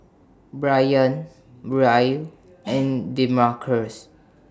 Bryant Brielle and Demarcus